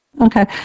Okay